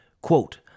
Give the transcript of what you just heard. quote